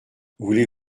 voulez